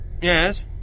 Yes